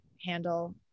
handle